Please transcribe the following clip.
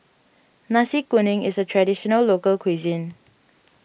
Nasi Kuning is a Traditional Local Cuisine